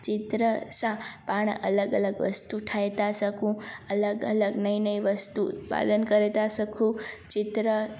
चित्र सां पाणि अलॻि अलॻि वस्तु ठाहे था सघूं अलॻि अलॻि नई नई वस्तु उत्पादन करे था सघूं चित्र